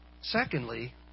Secondly